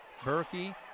Berkey